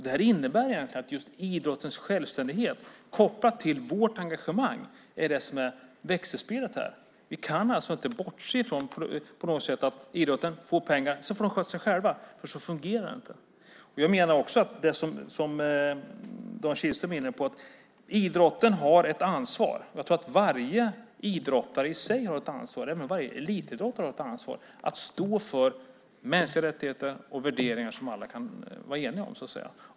Detta innebär egentligen att just idrottens självständighet kopplad till vårt engagemang är det som är växelspelet här. Vi kan alltså inte på något sätt bortse från det. Man kan inte säga: Idrotten får pengar, och sedan får man sköta sig själv. Så fungerar det inte. Dan Kihlström är inne på att idrotten har ett ansvar. Jag tror att varje idrottare i sig har ett ansvar. Även varje elitidrottare har ett ansvar att stå för mänskliga rättigheter och värderingar som alla kan vara eniga om.